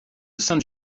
sainte